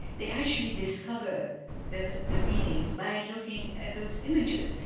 they actually discover the the meanings by looking at those images.